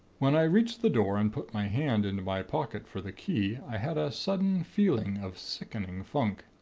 when i reached the door, and put my hand into my pocket for the key, i had a sudden feeling of sickening funk.